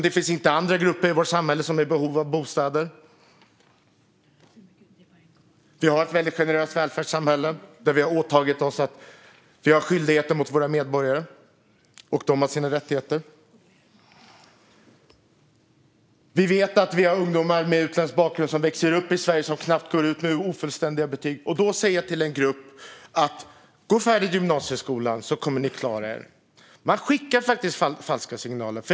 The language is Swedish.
Det finns inte andra grupper i vårt samhälle som är i behov av bostäder. Vi har ett väldigt generöst välfärdssamhälle där vi har skyldigheter mot våra medborgare, och de har sina rättigheter. Vi vet att vi har ungdomar med utländsk bakgrund som växer upp i Sverige som går ut skolan med ofullständiga betyg. Man säger till en grupp: Gå färdigt gymnasieskolan, så kommer ni att klara er. Man skickar falska signaler.